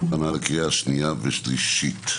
הכנה לקריאה שנייה ושלישית.